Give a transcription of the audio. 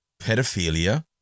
Pedophilia